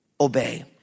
obey